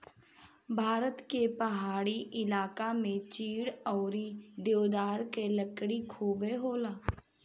भारत के पहाड़ी इलाका में चीड़ अउरी देवदार के लकड़ी खुबे होला